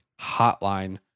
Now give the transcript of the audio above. hotline